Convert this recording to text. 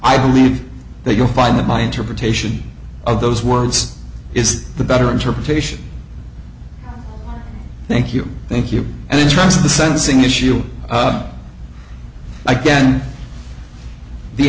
i believe that you'll find that my interpretation of those words is the better interpretation thank you thank you and in terms of the sentencing issue again the